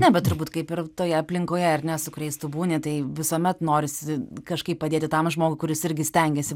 ne bet turbūt kaip ir toje aplinkoje ar ne su kuriais tu būni tai visuomet norisi kažkaip padėti tam žmogui kuris irgi stengiasi